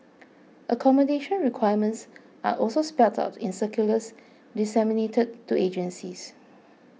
accommodation requirements are also spelt out in circulars disseminated to agencies